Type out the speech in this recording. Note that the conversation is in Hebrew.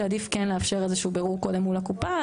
שעדיף כן לאפשר איזה שהוא בירור קודם מול הקופה,